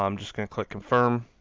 um just gonna click confirm